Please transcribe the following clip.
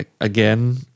Again